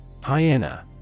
Hyena